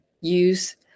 use